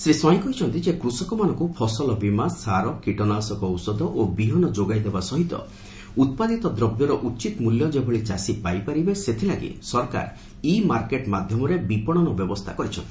ଶ୍ରୀ ସ୍ୱାଇଁ କହିଛନ୍ତି ଯେ କୃଷକମାନଙ୍ଙୁ ଫସଲବୀମା ସାର କୀଟନାସକ ଔଷଧ ଓ ବିହନ ଯୋଗାଇ ଦେବା ସହିତ ଉପାଦିତ ଦ୍ରବ୍ୟର ଉଚିତ୍ ମଲ୍ୟ ଯେଭଳି ଚାଷୀ ପାଇପାରିବେ ସେଥିଲାଗି ସରକାର ଇ ମାର୍କେଟ୍ ମାଧ୍ଧମରେ ବିପଶନ ବ୍ୟବସ୍କା କରିଛନ୍ତି